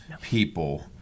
people